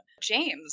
James